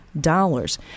dollars